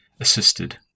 assisted